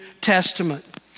Testament